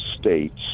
States